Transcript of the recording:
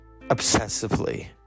obsessively